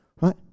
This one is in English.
right